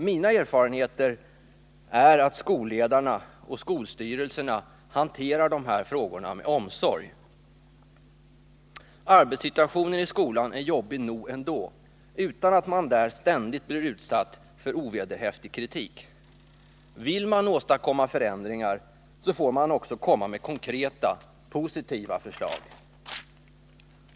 Min erfarenhet är att skolledarna och skolstyrelserna hanterar den här frågan med stor omsorg. Arbetssituationen i skolan är jobbig nog ändå, utan att man där ständigt skall bli utsatt för ovederhäftig kritik. Vill man åstadkomma förändringar, får man också komma med konkreta, positiva förslag.